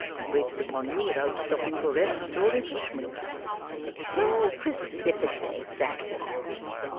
and waited upon you without stopping for rest or refreshment how precipitate that was,